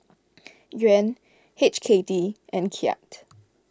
Yuan H K D and Kyat